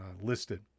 listed